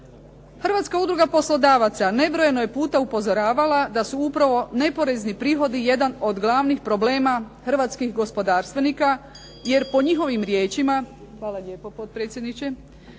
Hrvatska udruga poslodavaca nebrojeno je puta upozoravala da su upravo neporezni prihodi jedan od glavnih problema hrvatskih gospodarstvenicima, jer prema njihovi riječima lokalne vlasti,